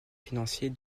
financier